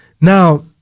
Now